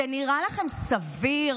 זה נראה לכם סביר?